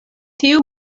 tiu